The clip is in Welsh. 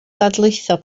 dadlwytho